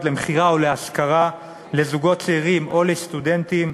למכירה או להשכרה לזוגות צעירים או לסטודנטים,